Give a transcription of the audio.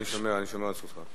אני שומר, אני שומר על זכותך.